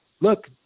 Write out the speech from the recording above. look